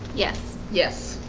yes. yes.